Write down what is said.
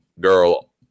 girl